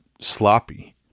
sloppy